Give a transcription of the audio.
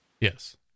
yes